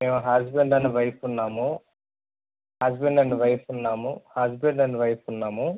మేము husband and wife ఉన్నాము husband and wife ఉన్నాము హజ్బండ్ అండ్ వైఫ్ ఉన్నాము